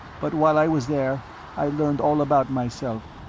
but while i was there i learned all about myself.